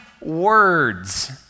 words